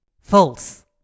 False